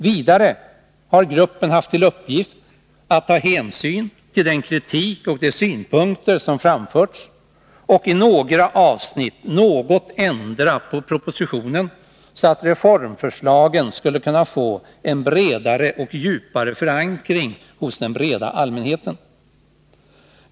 Vidare har gruppen haft till uppgift att ta hänsyn till den kritik och de synpunkter som framförts och i några avsnitt något ändra på propositionen så att reformförslagen skulle kunna få en bredare och djupare förankring hos den breda allmänheten.